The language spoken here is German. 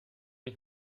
ich